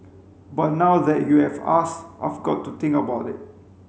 but now that you have asked I've got to think about it